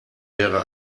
wäre